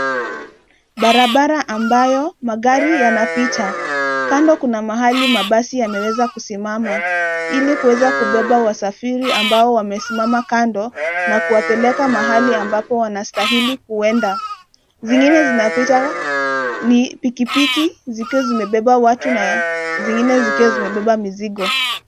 Barabara ambayo magari yanapita, kando kuna mahali mabasi yameweza kusimama ili kuweza kubeba wasafiri ambao wamesimama kando na kuwapeleka mahali ambapo wanastahili kuenda. Zingine zinapita ni pikipiki zikiwa zimebeba watu na zingine zikiwa zimebeba mizigo.